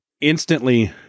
instantly